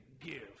Give